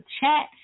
chat